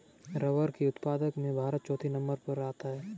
rubber के उत्पादन में भारत चौथे नंबर पर आता है